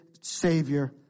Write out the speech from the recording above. Savior